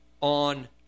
on